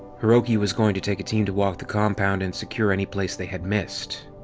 hiroki was going to take a team to walk the compound and secure any place they had missed.